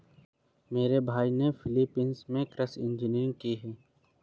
मेरे भाई ने फिलीपींस से कृषि इंजीनियरिंग की है